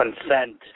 consent